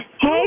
Hey